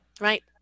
Right